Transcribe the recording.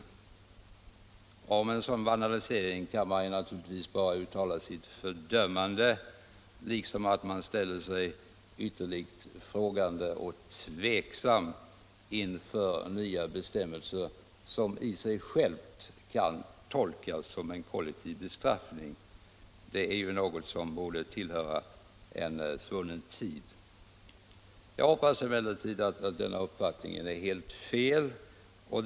Om sådan vandalisering kan man naturligtvis bara uttala sitt fördömande, liksom man ställer sig ytterligt frågande och tveksam inför nya bestämmelser som i sig själva kan tolkas som en kollektiv bestraffning. Det är ju någonting som borde tillhöra en svunnen tid. Jag hoppas emellertid att denna uppfattning är helt felaktig.